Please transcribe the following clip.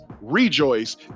rejoice